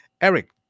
Eric